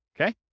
Okay